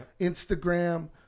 Instagram